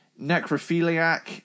necrophiliac